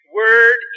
word